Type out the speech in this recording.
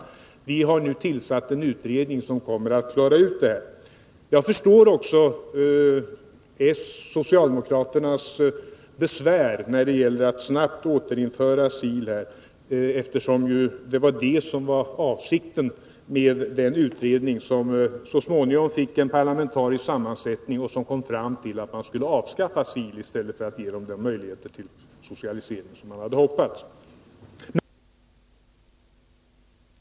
Vi har nu tillsatt en utredning som kommer att klara ut saken. Jag förstår också socialdemokraternas besvär när det gäller att snabbt återinföra SIL, eftersom detta var avsikten med den utredning som så småningom fick en parlamentarisk sammansättning och som kom fram till att man skulle avskaffa SIL i stället för att ge SIL möjligheter till socialisering, vilket man hade hoppats.